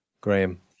Graham